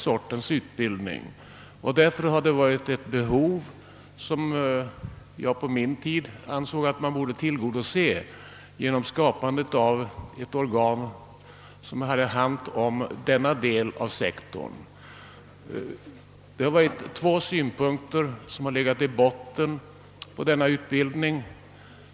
Jag försökte, när jag var civilminister, att tillgodose detta behov genom att skapa ett organ som hade hand om denna sektor. Två synpunkter låg i botten på utbildningen.